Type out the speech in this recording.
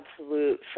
absolute